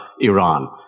Iran